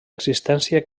existència